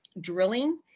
drilling